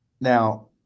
now